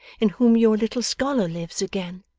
in whom your little scholar lives again!